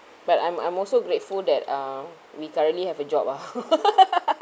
but I'm I'm also grateful that uh we currently have a job ah